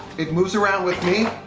it moves around with me.